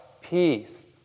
peace